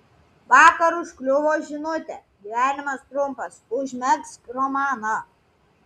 vakar užkliuvo žinutė gyvenimas trumpas užmegzk romaną